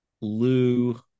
Lou